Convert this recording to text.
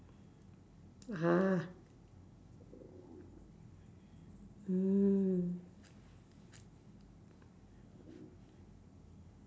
!huh! mm